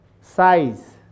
size